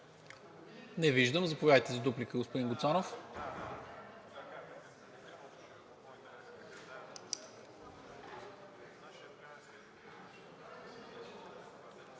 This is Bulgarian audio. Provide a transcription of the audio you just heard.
Не виждам. Заповядайте за дуплика, господин Гуцанов.